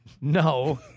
No